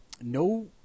no